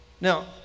Now